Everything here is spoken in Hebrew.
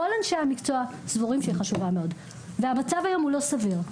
כל אנשי המקצוע סבורים שהיא חשובה מאוד והמצב היום הוא לא סביר.